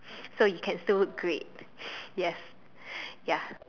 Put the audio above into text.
so you can still great yes ya